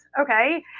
okay